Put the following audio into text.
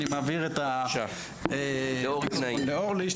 אני מעביר את השרביט לאורלי.